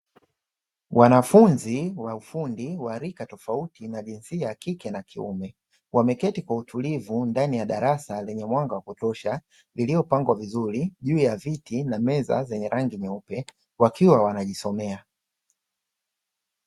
Wanafunzi wa ufundi wa rika tofauti wa jinsia ya kike na kiume, wameketi kwa utulivu ndani ya darasa lenye mwanga wa kutosha, iliyopambwa vizuri juu ya viti na meza vyenye rangi nyeupe wakiwa wanajisomea.